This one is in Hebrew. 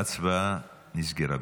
ההצבעה נסגרה.